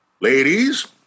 ladies